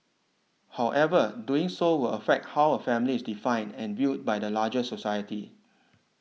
however doing so will affect how a family is defined and viewed by the larger society